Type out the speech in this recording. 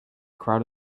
crowd